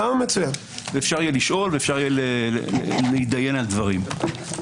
אפשר יהיה לשאול ולהידיין על דברים.